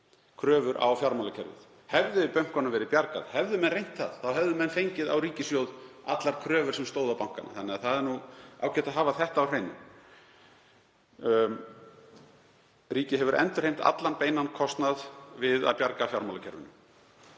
kröfur á fjármálakerfið. Hefði bönkunum verði bjargað, hefðu menn reynt það, hefðu menn fengið á ríkissjóð allar kröfur sem stóðu á bankana. Það er ágætt að hafa þetta á hreinu. Ríkið hefur endurheimt allan beinan kostnað við að bjarga fjármálakerfinu.